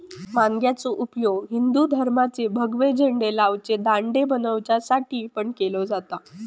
माणग्याचो उपयोग हिंदू धर्माचे भगवे झेंडे लावचे दांडे बनवच्यासाठी पण केलो जाता